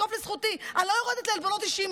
לזקוף לזכותי: אני לא יורדת לעלבונות אישיים.